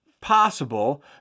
possible